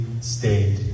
state